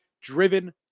driven